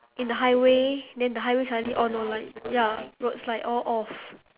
in the highway then the highway suddenly all no light ya roadside all off